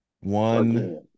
one